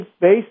based